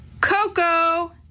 Coco